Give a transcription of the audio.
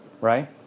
Right